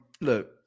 look